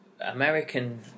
American